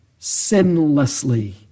sinlessly